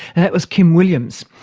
that was kim williams.